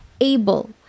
able